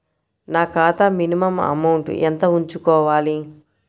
నా ఖాతా minimum amount ఎంత ఉంచుకోవాలి?